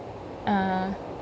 (uh huh)